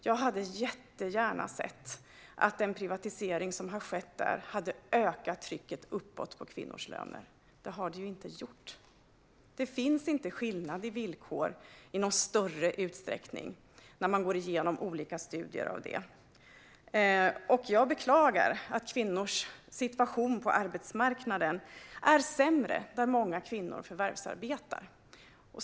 Jag hade jättegärna sett att den privatisering som har skett där hade ökat trycket uppåt på kvinnors löner, men det har den inte gjort. När man går igenom olika studier ser man att det inte finns skillnader i villkor i någon större utsträckning. Jag beklagar att kvinnors situation på arbetsmarknaden är sämre där många kvinnor förvärvsarbetar.